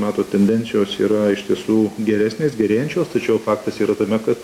matot tendencijos yra iš tiesų geresnės gerėjančios tačiau faktas yra tame kad